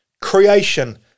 creation